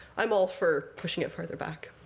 i'm all for pushing it further back.